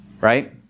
right